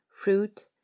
fruit